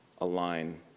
align